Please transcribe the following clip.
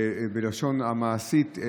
ובלשון המעשית,